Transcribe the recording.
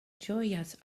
ĝojas